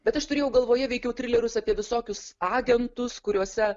bet aš turėjau galvoje veikiau trileris apie visokius agentus kuriuose